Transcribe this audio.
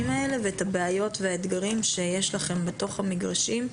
האלה ואת הבעיות והאתגרים שיש לכם בתוך המגרשים.